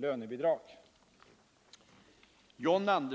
anförde?